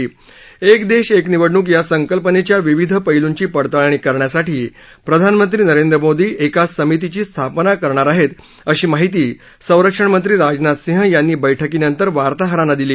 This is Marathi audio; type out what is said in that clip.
एक देश एक निवडणूक या संकल्पनेच्या विविध पैलूंची पडताळणी करण्यासाठी प्रधानमंत्री नरेंद्र मोदी एका समितीची स्थापना करणार आहेत अशी माहिती संरक्षणमंत्री राजनाथ सिंह यांनी बैठकीनंतर वार्ताहरांना दिली